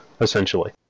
essentially